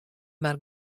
mar